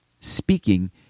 speaking